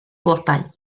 flodau